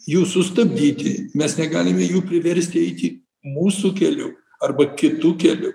jų sustabdyti mes negalime jų priversti eiti mūsų keliu arba kitu keliu